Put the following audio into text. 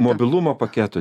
mobilumo paketo